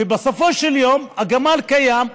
ובסופו של יום הגמל קיים.